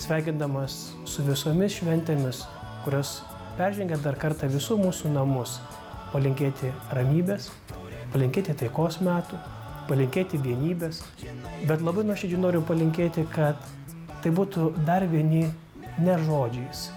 sveikindamas su visomis šventėmis kurios peržengia dar kartą visų mūsų namus palinkėti ramybės palinkėti taikos metų palinkėti vienybės bet labai nuoširdžiai noriu palinkėti kad tai būtų dar vieni ne žodžiais